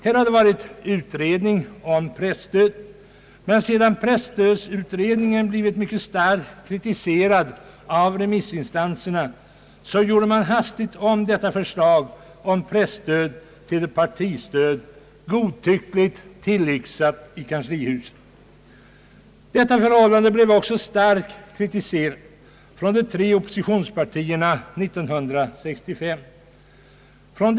Det har varit en utredning om presstöd, men sedan denna utredning blivit mycket starkt kritiserad av remissinstanserna ändrade man hastigt presstödsförslaget till ett partistöd, godtyckligt tillyxat i kanslihuset. Detta förhållande blev också 1965 starkt kritiserat av de tre oppositionspartierna.